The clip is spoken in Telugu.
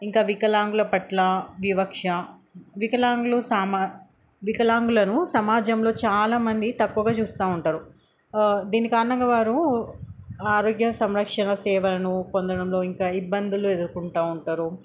ఇంకా వికలాంగుల పట్ల వివక్ష వికలాంగులు వికలాంగులను సమాజంలో చాలామంది తక్కువగా చూస్తూ ఉంటారు దీనికారణంగా వారు ఆరోగ్య సంరక్షణ సేవలను పొందడంలో ఇంకా ఇబ్బందులు ఎదుర్కొంటూ ఉంటారు